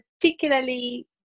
particularly